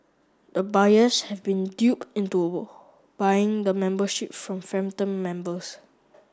the buyers have been duped into buying the membership from phantom members